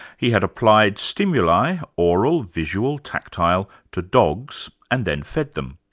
he had applied stimuli, oral, visual, tactile, to dogs, and then fed them.